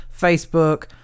Facebook